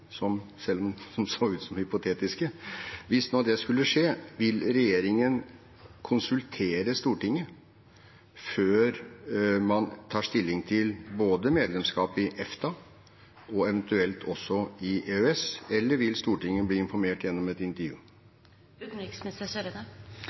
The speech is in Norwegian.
ting, selv om de så ut som hypotetiske – vil regjeringen konsultere Stortinget før man tar stilling til medlemskap både i EFTA og eventuelt også i EØS, eller vil Stortinget bli informert gjennom et intervju?